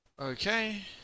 Okay